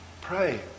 pray